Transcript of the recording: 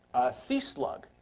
sea slug.